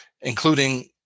including